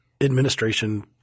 administration